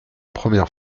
première